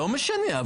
לא משנה,